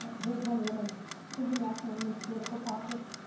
ah here's wonder woman this is a national women's political caucus.